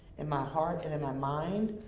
in my heart and in my mind?